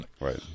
Right